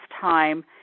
time